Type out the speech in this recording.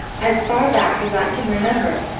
as far back as i can remember,